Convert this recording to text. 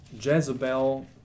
Jezebel